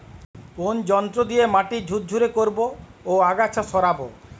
কোন যন্ত্র দিয়ে মাটি ঝুরঝুরে করব ও আগাছা সরাবো?